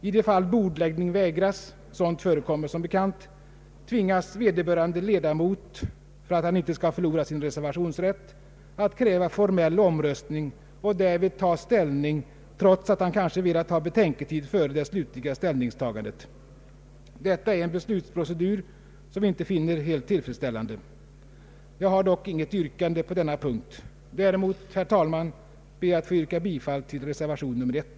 I de fall bordläggning vägras — sådant förekommer som bekant — tvingas vederbörande ledamot för att han inte skall förlora sin reservationsrätt att kräva formell omröstning och därvid ta ställning, trots att han kanske velat ha betänketid före det slutliga ställningstagandet. Detta är en beslutsprocedur som vi inte finner helt tillfredsställande. Jag har inget yrkande på denna punkt. Däremot, herr talman, ber jag att få yrka bifall till reservation 1.